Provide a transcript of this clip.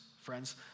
friends